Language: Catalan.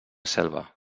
selva